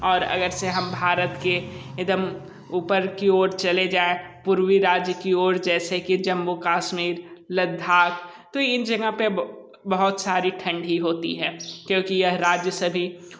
और अगर जैसे हम भारत के एकदम ऊपर की ओर चले जाए पूर्वी राज्य की ओर जैसे कि जम्मू काश्मीर लद्धाख तो इन जगह बहुत सारी ठंढी होती है क्योंकि यह राज्य सभी